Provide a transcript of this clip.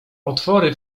otwory